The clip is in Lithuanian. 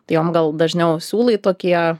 tai jom gal dažniau siūlai tokie